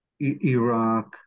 Iraq